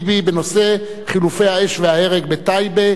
בנושא: חילופי האש וההרג בטייבה.